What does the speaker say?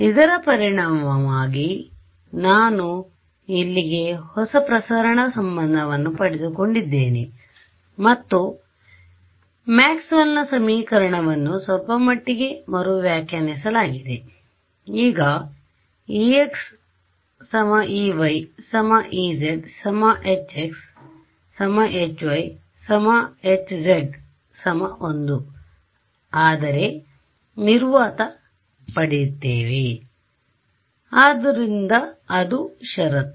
ಇದರ ಪರಿಣಾಮವಾಗಿ ನಾನು ಇಲ್ಲಿಗೆ ಹೊಸ ಪ್ರಸರಣ ಸಂಬಂಧವನ್ನು ಪಡೆದುಕೊಂಡಿದ್ದೇನೆ ಮತ್ತು ಮ್ಯಾಕ್ಸ್ವೆಲ್ನ ಸಮೀಕರಣಗಳನ್ನುMaxwell's equations ಸ್ವಲ್ಪಮಟ್ಟಿಗೆ ಮರು ವ್ಯಾಖ್ಯಾನಿಸಲಾಗಿದೆ ಈಗ ex ey ez hx hy hz 1 ಆದರೆ ನಿರ್ವಾತ ಪಡೆಯುತ್ತೇವೆ ಆದ್ದರಿಂದ ಅದು ಷರತ್ತು